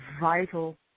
vital